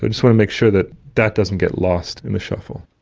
but sort of make sure that that doesn't get lost in the shuffle.